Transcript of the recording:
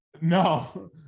no